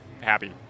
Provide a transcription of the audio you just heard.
happy